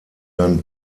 dann